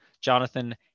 jonathan